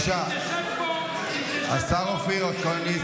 חכה פה באולם ותקבל תשובות לכול.